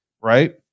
right